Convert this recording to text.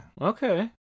okay